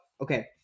okay